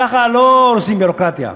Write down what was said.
ככה לא עושים ביורוקרטיה.